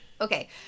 Okay